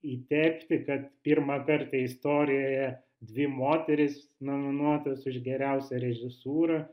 įtepti kad pirmą kartą istorijoje dvi moterys nominuotos už geriausią režisūrą